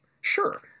Sure